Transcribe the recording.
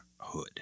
hood